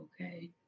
okay